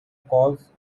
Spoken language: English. calls